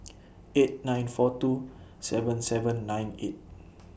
eight nine four two seven seven nine eight